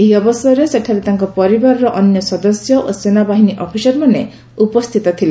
ଏହି ଅବସରରେ ସେଠାରେ ତାଙ୍କ ପରିବାରର ଅନ୍ୟ ସଦସ୍ୟ ଓ ସେନାବାହିନୀ ଅଫିସରମାନେ ଉପସ୍ଥିତ ଥିଲେ